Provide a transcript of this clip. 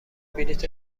بلیت